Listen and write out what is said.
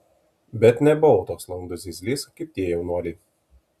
bet nebuvau toks landus zyzlys kaip tie jaunuoliai